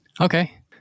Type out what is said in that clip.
Okay